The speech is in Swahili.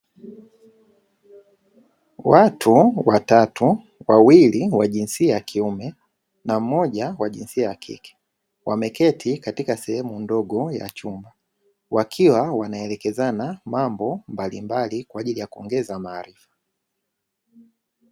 Watu watatu, wawili wa jinsia ya kiume na mmoja wa jinsia ya kike, wameketi katika sehemu ndogo ya chumba wakiwa wanaelekezana mambo mbalimbali kwaajili ya kuongeza maarifa.